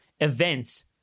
events